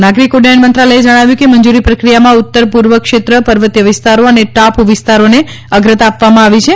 નાગરિક ઉદ્દયન મંત્રાલયે જણાવ્યુ કે મંજૂરી પ્રક્રિયામાં ઉત્તર પૂર્વ ક્ષેત્ર પર્વતીય વિસ્તારો અને ટાપુ વિસ્તારોને અગ્રતા આપવામાં આવી છે